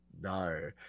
no